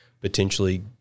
potentially